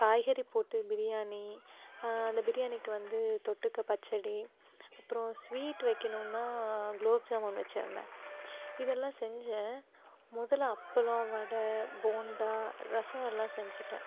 காய்கறி போட்டு பிரியாணி அந்த பிரியாணிக்கு வந்து தொட்டுக்க பச்சடி அப்புறோம் ஸ்வீட் வைக்கணும்னால் குலோப் ஜாமூன் வச்சுருந்தேன் இதெல்லாம் செஞ்சேன் முதல்ல அப்பளம் வடை போண்டா ரசம் எல்லாம் செஞ்சுட்டேன்